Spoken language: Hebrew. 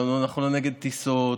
אנחנו לא נגד טיסות.